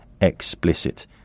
explicit